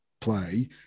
Play